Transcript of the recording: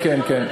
כן,